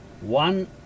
one